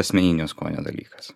asmeninio skonio dalykas